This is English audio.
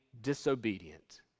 disobedient